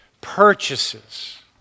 purchases